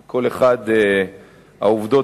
העובדות,